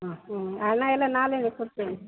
ಹಾಂ ಹ್ಞೂ ಹಣ ಎಲ್ಲ ನಾಳೇನೇ ಕೊಡ್ತೇನೆ